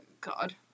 God